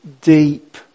deep